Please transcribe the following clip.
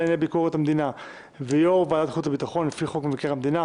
לענייני ביקורת המדינה ויו"ר ועדת החוץ והביטחון לפי חוק מבקר המדינה,